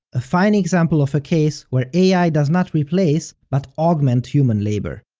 a fine example of a case where ai does not replace, but augment human labor.